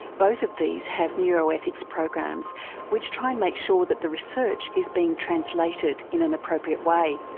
both of these have neuroethics programs which try and make sure that the research is being translated in an appropriate way.